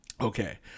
okay